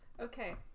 Okay